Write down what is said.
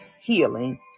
healing